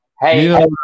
hey